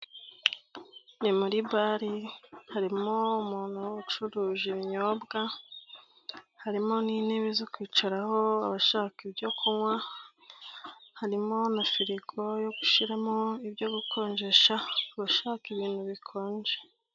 Ni muri bali, harimo umuntu ucuruza ibinyobwa, harimo n'intebe zo kwicaraho abashaka ibyo kunywa, harimo na firigo yo gushyimo ibyo gukonjesha, ku bashaka ibintu bikonje.